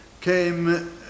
came